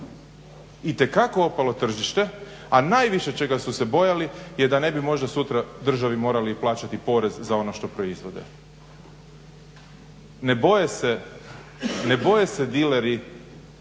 itekako opalo tržište, a najviše čega su se bojali je da ne bi možda sutra državi morali plaćati porez za ono što proizvode. Ne boje se dileri